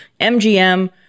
MGM